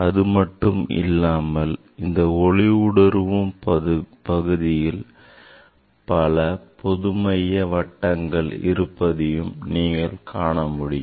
இது மட்டும் அல்லாமல் இந்த ஒளிஊடுருவும் பகுதியில் பல பொதுமைய வட்டங்கள் இருப்பதையும் நீங்கள் காண முடியும்